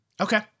okay